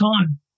time